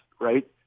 right